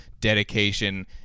dedication